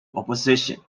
opposition